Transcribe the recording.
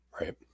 right